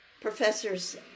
professors